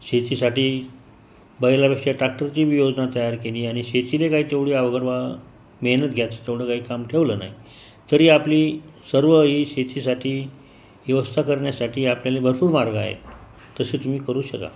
शेतीसाठी बैलापेक्षा ट्रॅक्टरची बी योजना तयार केली आणि शेतीला काय तेवढी अवघड बा मेहनत घ्यायची तेवढं काही काम ठेवलं नाही तरी आपली सर्व ही शेतीसाठी व्यवस्था करण्यासाठी आपल्याला भरपूर मार्ग आहे तसे तुम्ही करू शकाल